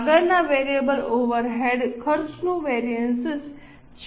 આગળના variable overhead ખર્ચનું variance છે